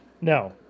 No